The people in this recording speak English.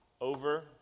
Over